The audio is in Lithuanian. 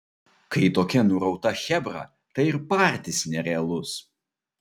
kai tokia nurauta chebra tai ir partis nerealus